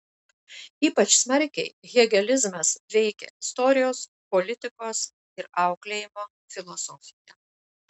ypač smarkiai hegelizmas veikia istorijos politikos ir auklėjimo filosofiją